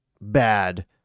bad